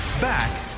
back